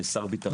שר הביטחון.